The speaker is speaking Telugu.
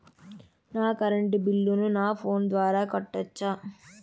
నా కరెంటు బిల్లును నా ఫోను ద్వారా కట్టొచ్చా?